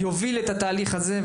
יוביל את התהליך הזה,